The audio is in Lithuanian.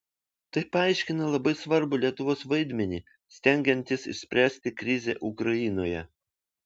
tai paaiškina labai svarbų lietuvos vaidmenį stengiantis išspręsti krizę ukrainoje